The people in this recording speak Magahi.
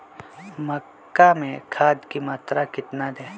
मक्का में खाद की मात्रा कितना दे?